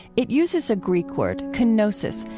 it uses a greek word, kenosis,